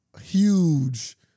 huge